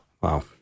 Wow